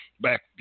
back